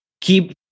keep